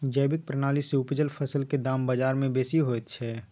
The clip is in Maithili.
जैविक प्रणाली से उपजल फसल के दाम बाजार में बेसी होयत छै?